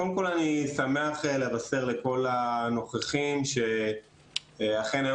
קודם כל אני שמח לבשר לכל הנוכחים שאכן היו